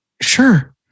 sure